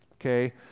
okay